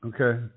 Okay